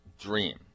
dream